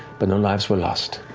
but no lives were lost,